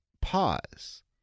pause